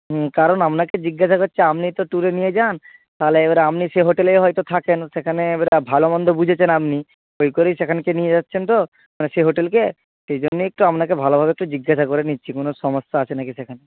হুম কারণ আপনাকে জিজ্ঞাসা করছি আপনি তো ট্যুরে নিয়ে যান তাহলে এবারে আপনি সেই হোটেলেই হয়তো থাকেন সেখানে এবারে ভালো মন্দ বুঝেছেন আপনি ওই করেই সেখানকে নিয়ে যাচ্ছেন তো মানে সেই হোটেলকে সেই জন্যেই একটু আপনাকে ভালোভাবে একটু জিজ্ঞাসা করে নিচ্ছি কোনো সমস্যা আছে না কি সেখানে